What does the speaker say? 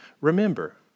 remember